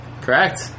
Correct